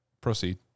proceed